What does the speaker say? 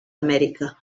amèrica